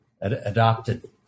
adopted